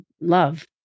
love